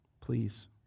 please